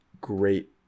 great